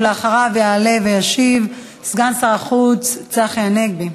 אחריו יעלה וישיב סגן שר החוץ צחי הנגבי.